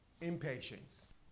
Impatience